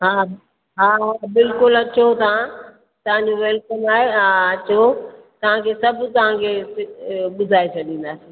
हा हा हा बिल्कुलु अचो तव्हां तव्हां जो वेलकम आहे तव्हां खे सभु तव्हां खे ॿुधाए छॾींदासीं